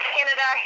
Canada